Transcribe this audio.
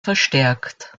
verstärkt